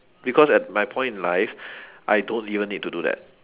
because at my point in life I don't even need to do that